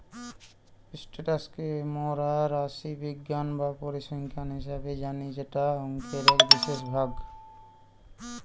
status কে মোরা রাশিবিজ্ঞান বা পরিসংখ্যান হিসেবে জানি যেটা অংকের এক বিশেষ ভাগ